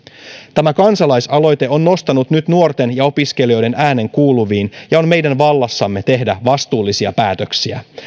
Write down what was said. tämä kansalaisaloite on nostanut nyt nuorten ja opiskelijoiden äänen kuuluviin ja on meidän vallassamme tehdä vastuullisia päätöksiä